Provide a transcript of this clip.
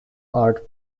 art